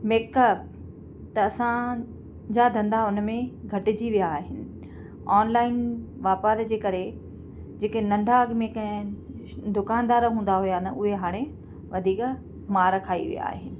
makeup त असां जा धंधा उनमें घटिजी विया आहिनि ऑनलाइन वापार जे करे जेके नंढा कंहिं दुकानदार हूंदा हुआ उहे हाणे वधीक मार खाई विया आहिनि